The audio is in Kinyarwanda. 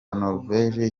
norvege